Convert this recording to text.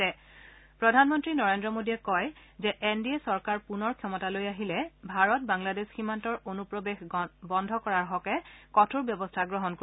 জ্যেষ্ঠ বিজেপি নেতা তথা প্ৰধানমন্ত্ৰী নৰেন্দ্ৰ মোদীয়ে কয় যে এন ডি এ চৰকাৰ পুনৰ ক্ষমতালৈ আহিলে ভাৰত বাংলাদেশ সীমান্তৰ অনুপ্ৰৱেশ বন্ধ কৰাৰ হকে কঠোৰ ব্যৱস্থা গ্ৰহণ কৰিব